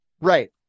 right